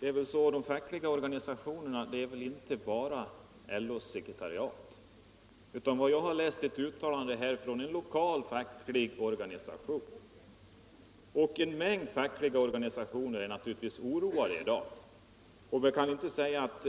Fru talman! De fackliga organisationerna är väl inte bara LO:s sekretariat. Jag har här läst ett uttalande från en lokal facklig organisation, och en mängd sådana organisationer är oroade i dag. Vi kan inte säga att